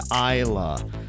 Isla